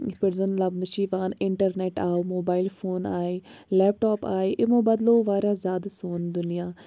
یِتھٕ پٲٹھۍ زَن لَبنہٕ چھِ یِوان اِنٹَرنؠٹ آو موبایِل فون آے لؠپ ٹاپ آے یِمو بَدلوو واریاہ زیادٕ سون دُنیا